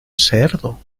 cerdo